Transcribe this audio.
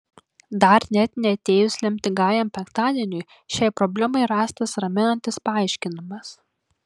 dar net neatėjus lemtingajam penktadieniui šiai problemai rastas raminantis paaiškinimas